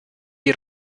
die